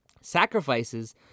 sacrifices